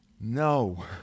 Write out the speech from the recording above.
No